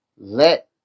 let